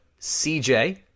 CJ